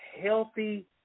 healthy